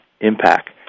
impact